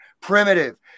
primitive